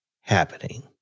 happening